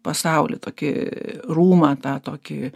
pasaulį tokį rūmą tą tokį